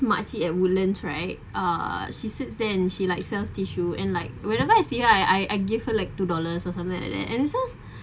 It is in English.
marty at woodlands right uh she sits there and she like sells tissue and like whenever I see her I I I give her like two dollars or something like that and